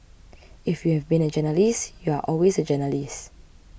if you've been a journalist you're always a journalist